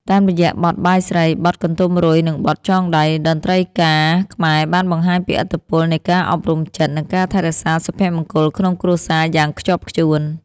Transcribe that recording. តាមរយៈបទ បាយស្រី បទ កន្ទុំរុយ និងបទ ចងដៃ តន្ត្រីការខ្មែរបានបង្ហាញពីឥទ្ធិពលនៃការអប់រំចិត្ត និងការថែរក្សាសុភមង្គលក្នុងគ្រួសារយ៉ាងខ្ជាប់ខ្ជួន។